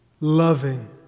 loving